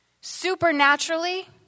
Supernaturally